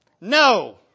No